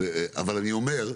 אבל אני אומר,